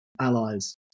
allies